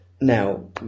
Now